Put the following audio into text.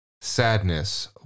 sadness